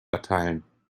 erteilen